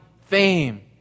fame